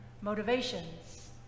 motivations